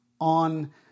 on